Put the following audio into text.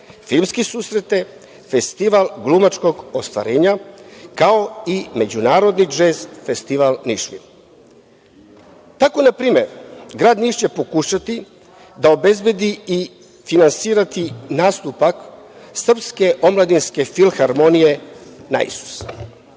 filmske susrete, festival glumačkog ostvarenja, kao i međunarodni džez festival „Nišvil“.Tako na primer, grad Niš će pokušati da obezbedi i finansira nastup srpske omladinske filharmonije „Naisus“.